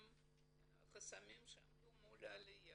חסמים שעמדו מול העלייה,